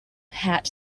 had